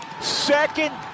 Second